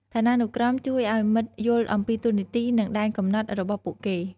ឋានានុក្រមជួយឱ្យមិត្តយល់អំពីតួនាទី និងដែនកំណត់របស់ពួកគេ។